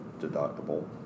deductible